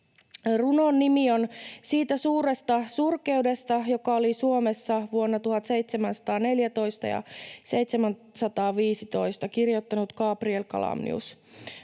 Runon nimi on ”Siitä suuresta surkeudesta, joka oli Suomessa v. 1714 ja 1715”, kirjoittanut Gabriel Calamnius: